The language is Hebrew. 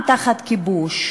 עם תחת כיבוש,